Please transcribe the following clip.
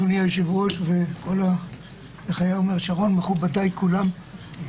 אדוני היושב-ראש ומכובדיי כולם,